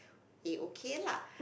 a okay lah